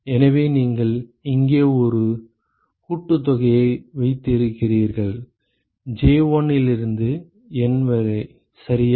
எனவே நீங்கள் இங்கே ஒரு கூட்டுத்தொகையை வைத்திருக்கிறீர்கள் j 1 இலிருந்து N சரியா